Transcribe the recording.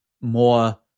more